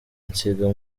nsiga